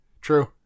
true